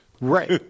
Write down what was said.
Right